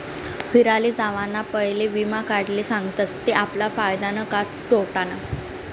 फिराले जावाना पयले वीमा काढाले सांगतस ते आपला फायदानं का तोटानं